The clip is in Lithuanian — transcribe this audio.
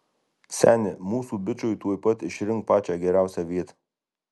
seni mūsų bičui tuoj pat išrink pačią geriausią vietą